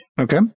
Okay